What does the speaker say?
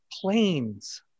planes